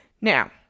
Now